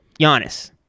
Giannis